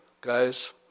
guys